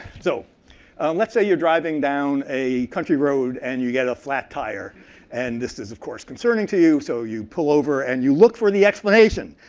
so let's say you're driving down a country road and you get a flat tire and this is, of course, concerning to you, so you pull over and you look for the explanation.